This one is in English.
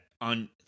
on